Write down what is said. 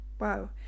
Wow